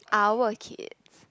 our kids